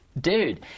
Dude